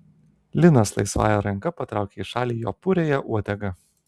linas laisvąja ranka patraukia į šalį jo puriąją uodegą